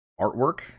artwork